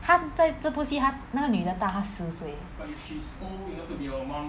在这部戏她那个女的大他十岁